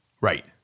Right